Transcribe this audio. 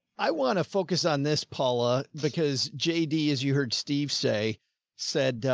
i want to focus on this, paula, because j d is, you heard steve say said,